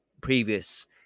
previous